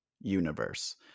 universe